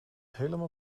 helemaal